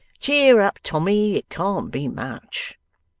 cheer up, tommy, it can't be much